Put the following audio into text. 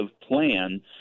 plan